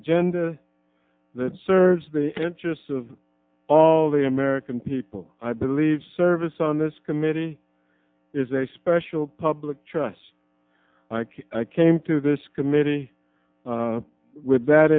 agenda that serves the interests of all the american people i believe service on this committee is a special public trust like i came to this committee with that